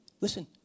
Listen